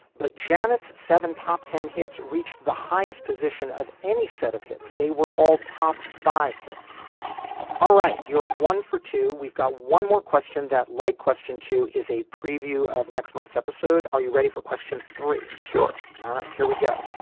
but janet's seven top ten hits reached the highest position of any set of hits. they were all top five hits all right. you're one for two. we've got one more question that light question two is a preview of next month's episode. are you ready for question three. sure. all right. here we go.